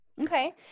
okay